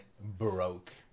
broke